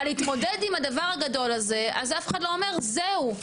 אבל להתמודד עם הדבר הגדול הזה אף אחד לא אומר זהו,